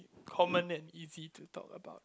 common and easy to talk about